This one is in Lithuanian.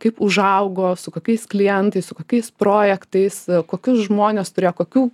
kaip užaugo su kokiais klientais su kokiais projektais kokius žmones turėjo kokių